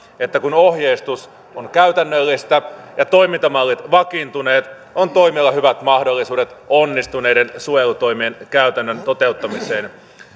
että kun ohjeistus on käytännöllistä ja toimintamallit vakiintuneet on toimijoilla hyvät mahdollisuudet onnistuneiden suojelutoimien käytännön toteuttamiseen